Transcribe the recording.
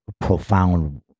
Profound